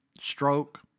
stroke